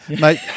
Mate